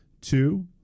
two